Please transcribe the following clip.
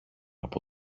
από